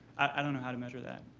i don't know how to measure that.